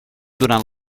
durant